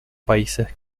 países